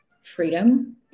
freedom